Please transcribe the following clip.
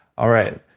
all right.